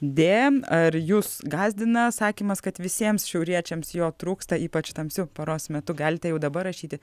dė ar jus gąsdina sakymas kad visiems šiauriečiams jo trūksta ypač tamsiu paros metu galite jau dabar rašyti